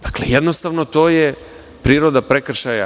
Dakle, jednostavno je to priroda prekršaja.